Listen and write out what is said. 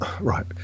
right